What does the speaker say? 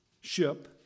ship